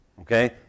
Okay